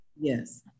Yes